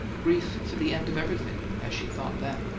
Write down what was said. grief for the end of everything, as she thought then.